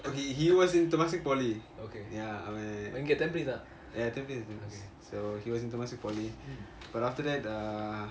okay he was in temasek poly ya ya tampines tampines he was in temasek poly but after that uh